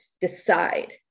decide